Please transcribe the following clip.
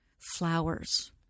Flowers